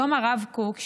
יום הרב קוק,